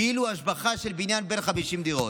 כאילו זו השבחה של בניין בן 50 דירות.